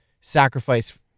sacrifice